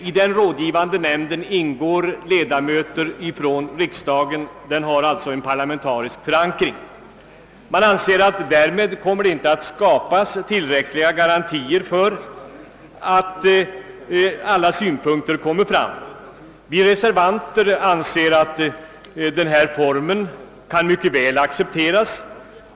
I denna ingår ledamöter från riksdagen och den får således parlamentarisk förankring. De borgerliga anser att därmed inte kommer att skapas tillräckliga garantier för att alla synpunkter skall komma fram. Vi reservanter anser att denna form mycket väl kan accepteras.